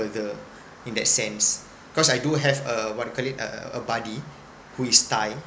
further in that sense cause I do have a what you call it a a buddy who is thai